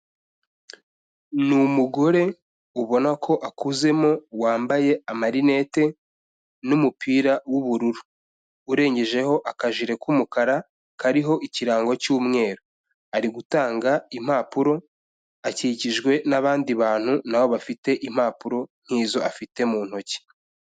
Ni umugore ubona ko akuzemo wambaye amarinete n'umupira w'ubururu, urengejeho akajire k'umukara kariho ikirango cy'umweru, ari gutanga impapuro, akikijwe n'abandi bantu na bo bafite impapuro nk'izo afite mu ntoki.